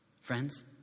Friends